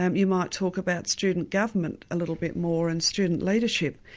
um you might talk about student government a little bit more and student leadership,